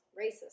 racist